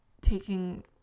taking